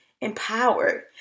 Empowered